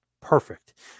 perfect